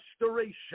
restoration